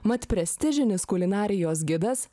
mat prestižinis kulinarijos gidas